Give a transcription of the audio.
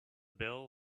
bill